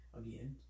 again